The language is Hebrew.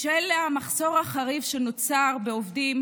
בשל המחסור החריף בעובדים